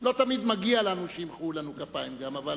גם לא תמיד מגיע לנו שימחאו לנו כפיים, אבל